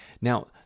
Now